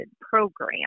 program